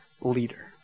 leader